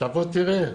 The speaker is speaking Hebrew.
תבוא תראה,